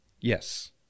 Yes